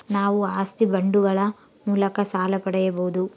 ನಾವು ಆಸ್ತಿ ಬಾಂಡುಗಳ ಮೂಲಕ ಸಾಲ ಪಡೆಯಬಹುದಾ?